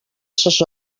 ses